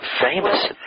famous